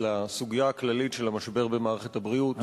לסוגיה הכללית של המשבר במערכת הבריאות,